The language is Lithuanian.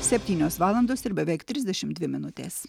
septynios valandos ir beveik trisdešimt dvi minutės